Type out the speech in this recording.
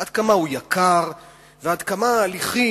עד כמה הוא יקר ועד כמה ההליכים